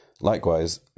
Likewise